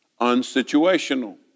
unsituational